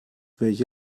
welche